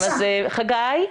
חגי,